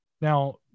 Now